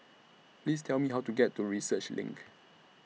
Please Tell Me How to get to Research LINK